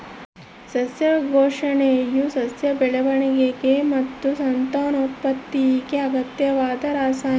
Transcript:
ಸಸ್ಯ ಪೋಷಣೆಯು ಸಸ್ಯಗಳ ಬೆಳವಣಿಗೆ ಮತ್ತು ಸಂತಾನೋತ್ಪತ್ತಿಗೆ ಅಗತ್ಯವಾದ ರಾಸಾಯನಿಕ